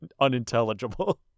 unintelligible